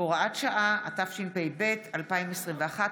התשפ"ב 2021,